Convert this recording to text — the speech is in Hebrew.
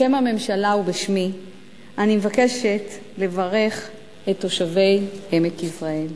בשם הממשלה ובשמי אני מבקשת לברך את תושבי עמק יזרעאל.